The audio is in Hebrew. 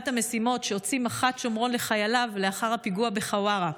המשימות שהוציא מח"ט שומרון לחייליו לאחר הפיגוע בחווארה.